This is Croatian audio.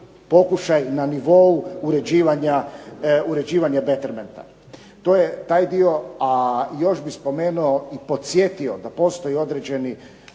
pokušaj na nivou uređivanja Bettermenta. To je taj dio, a još bih spomenuo i podsjetio da postoji određeni